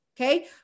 Okay